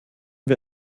wir